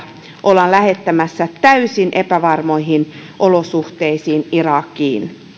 ollaan lähettämässä täysin epävarmoihin olosuhteisiin irakiin